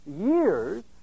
years